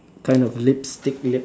kind of lipstick lips